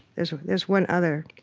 there's there's one other.